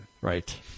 Right